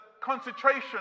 concentration